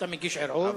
אתה מגיש ערעור?